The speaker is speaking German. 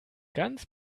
ganz